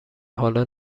حالا